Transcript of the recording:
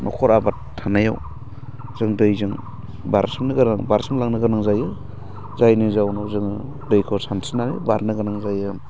न'खर आबाद थानायाव जों दैजों बारसननो गोनां बारसनलांनो गोनां जायो जायनि जाहोनाव जोङो दैखौ सानस्रिनानै बारनो गोनां जायो